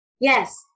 Yes